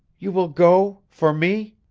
you will go for me